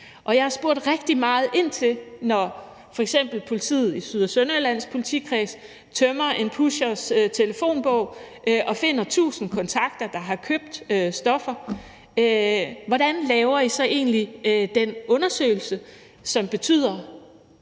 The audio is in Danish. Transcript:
jeg har spurgt rigtig meget ind til det. F.eks. når politiet i Syd- og Sønderjyllands Politikreds har tømt en pushers telefonbog og fundet 1.000 kontakter, der har købt stoffer, har jeg spurgt: Hvordan laver I så egentlig den undersøgelse, som betyder,